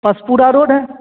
Pashpura road है